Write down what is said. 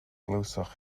glywsoch